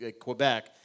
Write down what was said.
Quebec